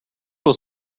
was